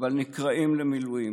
אבל נקראים למילואים.